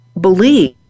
believe